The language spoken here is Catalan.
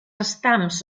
estams